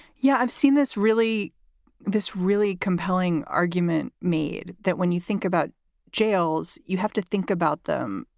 yeah, i've seen this really this really compelling argument made that when you think about jails, you have to think about them,